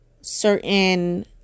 certain